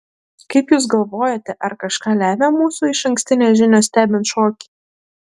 kaip jūs galvojate ar kažką lemia mūsų išankstinės žinios stebint šokį